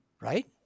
right